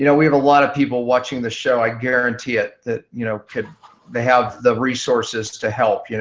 you know we have a lot of people watching this show i guarantee that you know have the have the resources to help. you know